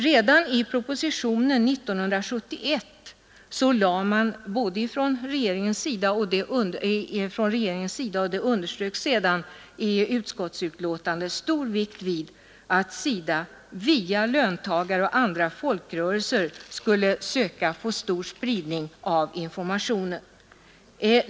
Redan i propositionen år 1971 lade regeringen — vilket senare underströks i utskottsbetänkandet — stor vikt vid att SIDA via löntagarorganisationer och andra folkrörelser skulle försöka få stor spridning av informationen.